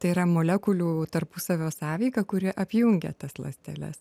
tai yra molekulių tarpusavio sąveika kuri apjungia tas ląsteles